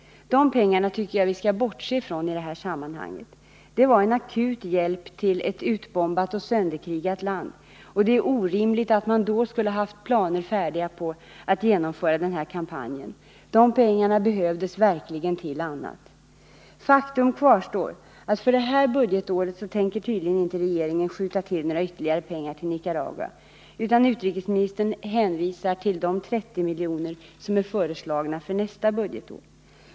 De pengarna tycker jag vi skall bortse från i det här sammanhanget. Det var en akut hjälp till ett utbombat och sönderkrigat land, och det är orimligt att man då skulle ha haft färdiga planer för att genomföra den här kampanjen. De pengarna behövdes verkligen till annat. Faktum kvarstår, att för det här budgetåret tänker tydligen inte regeringen skjuta till några ytterligare pengar till Nicaragua, utan utrikesministern hänvisar till de 30 miljoner som är föreslagna för nästa budgetår.